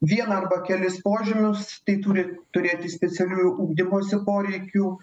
vieną arba kelis požymius tai turi turėti specialiųjų ugdymosi poreikių